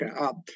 up